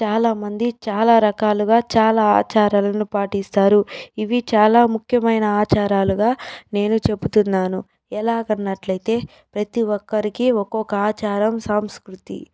చాలా మంది చాలా రకాలుగా చాలా ఆచారాలను పాటిస్తారు ఇవి చాలా ముఖ్యమైన ఆచారాలుగా నేను చెపుతున్నాను ఎలాగా అన్నట్లయితే ప్రతీ ఒక్కరికి ఒకొక్క ఆచారం సాంస్కృతి